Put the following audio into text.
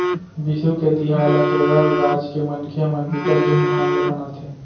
बिसु के तिहार ल केरल राज के मनखे मन बिकट धुमधाम ले मनाथे